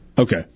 Okay